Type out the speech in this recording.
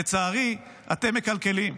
לצערי, אתם מקלקלים.